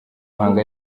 muhango